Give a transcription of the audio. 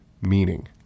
meaning